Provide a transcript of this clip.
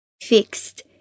fixed